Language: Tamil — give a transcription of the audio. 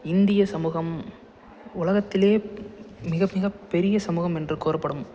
இந்திய சமூகம் உலகத்திலே மிக மிக பெரிய சமூகம் என்று கூறப்படும்